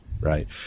right